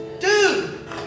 Dude